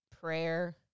Prayer